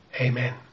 Amen